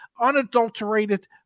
unadulterated